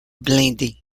blindés